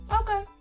Okay